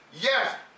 Yes